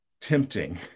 tempting